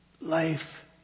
life